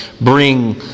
Bring